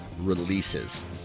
releases